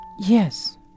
Yes